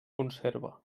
conserva